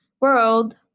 world